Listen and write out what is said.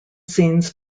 scenes